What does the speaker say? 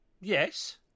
Yes